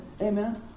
Amen